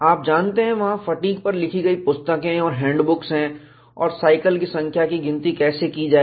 आप जानते हैं वहां फटीग पर लिखी गई पुस्तकें और हैंडबुक्स हैं और साइकिल्स की संख्या की गिनती कैसे की जाए